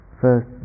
first